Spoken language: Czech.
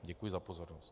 Děkuji za pozornost.